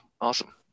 Awesome